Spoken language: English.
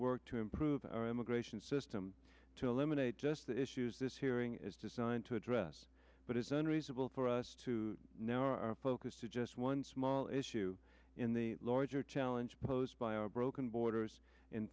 work to improve our immigration system to eliminate just the issues this hearing is designed to address but it's unreasonable for us to narrow our focus to just one small issue in the larger challenge posed by our broken borders in